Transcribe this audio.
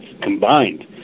combined